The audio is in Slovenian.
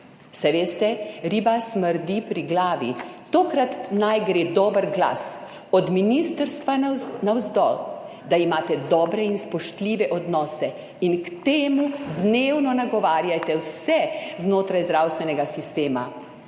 Saj veste, riba smrdi pri glavi. Tokrat naj gre dober glas od ministrstva navzdol, da imate dobre in spoštljive odnose in k temu dnevno nagovarjajte vse znotraj zdravstvenega sistema,